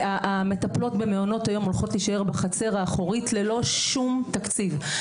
והמטפלות במעונות יום הולכות להישאר בחצר האחורית ללא שום תקציב.